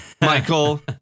Michael